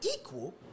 equal